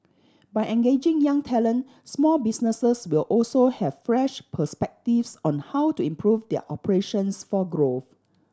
by engaging young talent small businesses will also have fresh perspectives on how to improve their operations for growth